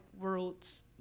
worlds